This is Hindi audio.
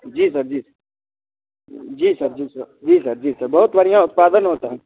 जी सर जी जी सर जी जी सर जी सर बहुत बढ़िया उत्पादन होता है